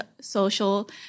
social